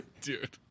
Dude